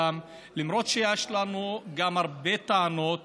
למרות שיש לנו גם הרבה טענות